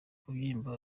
kubyimba